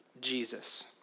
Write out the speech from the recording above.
Jesus